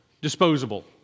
disposable